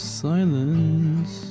silence